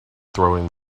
throwing